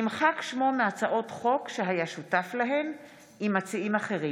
נמחק שמו מהצעות חוק שהיה שותף להן עם מציעים אחרים.